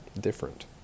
different